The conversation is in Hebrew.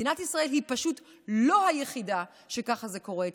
מדינת ישראל היא פשוט לא היחידה שככה זה קורה בה.